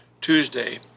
Tuesday